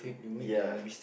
ya